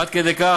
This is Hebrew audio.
עד כדי כך,